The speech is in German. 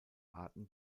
arten